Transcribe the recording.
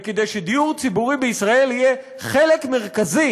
וכדי שדיור ציבורי בישראל יהיה חלק מרכזי